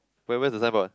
wait where's the signboard